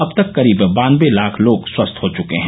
अब तक करीब बानबे लाख लोग स्वस्थ हो चुके हैं